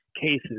cases